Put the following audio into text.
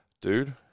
Dude